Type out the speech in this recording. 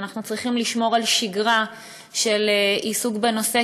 ואנחנו צריכים לשמור על שגרה של עיסוק בנושא,